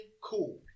cool